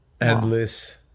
endless